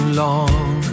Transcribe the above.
long